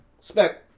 spec